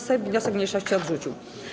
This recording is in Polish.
Sejm wniosek mniejszości odrzucił.